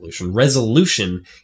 resolution